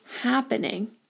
happening